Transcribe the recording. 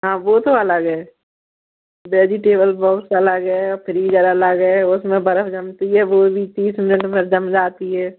हाँ वह तो अलग है वेजिटेबल बॉक्स अलग है फ्रीज अलग है उसमें बर्फ़ जमती है वह भी तीस मिनट में जम जाती है